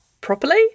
properly